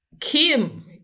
Kim